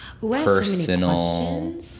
personal